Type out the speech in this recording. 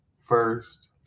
first